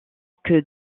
que